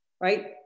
right